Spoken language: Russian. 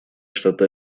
штаты